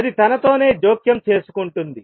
అది తనతోనే జోక్యం చేసుకుంటుంది